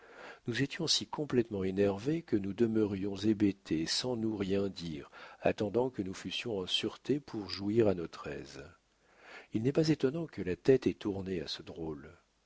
nous étions si complétement énervés que nous demeurions hébétés sans nous rien dire attendant que nous fussions en sûreté pour jouir à notre aise il n'est pas étonnant que la tête ait tourné à ce drôle